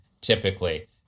typically